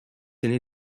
aîné